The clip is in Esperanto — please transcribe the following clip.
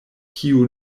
kiu